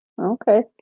Okay